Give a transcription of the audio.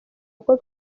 kuko